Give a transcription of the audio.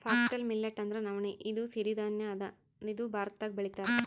foxtail millet ಅಂದ್ರ ನವಣಿ ಇದು ಸಿರಿ ಧಾನ್ಯ ಅದಾ ಇದು ಭಾರತ್ದಾಗ್ ಬೆಳಿತಾರ್